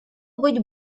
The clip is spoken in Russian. быть